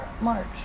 March